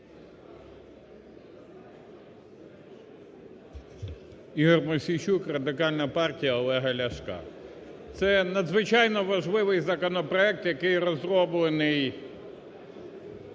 Ігор Мосійчук, Радикальна партія Олега Ляшка. Це надзвичайно важливий законопроект, який розроблений